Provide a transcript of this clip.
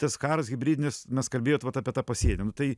tas karas hibridinis mes kalbėjot vat apie tą pasienį nu tai